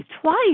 twice